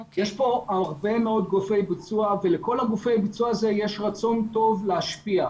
יש כאן הרבה מאוד גופי ביצוע ולכל גופי הביצוע האלה יש רצון טוב להשפיע.